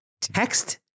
text